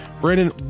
Brandon